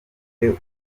rufite